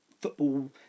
football